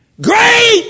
great